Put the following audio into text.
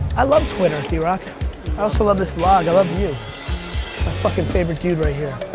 i love twitter, drock. i also love this vlog. i love you, my fucking favorite dude right here.